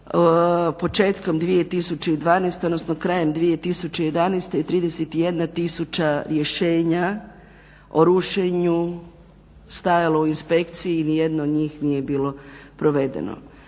Početkom 2012. odnosno krajem 2011. je 31 000 rješenja o rušenju stajalo u inspekciji i nijedno od njih nije bilo provedeno.